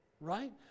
right